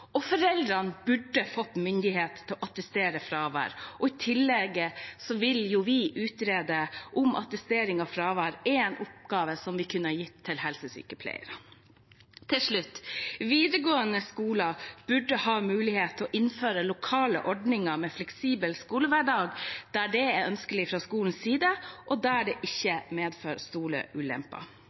burde få myndighet til å attestere fravær, og i tillegg vil vi utrede om attestering av fravær er en oppgave som vi kunne ha gitt til helsesykepleierne. Til slutt: Videregående skoler burde ha mulighet til å innføre lokale ordninger med fleksibel skolehverdag der det er ønskelig fra skolens side, og der det ikke